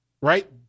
right